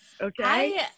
Okay